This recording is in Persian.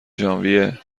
ژانویه